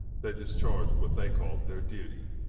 they discharged what they called their duty.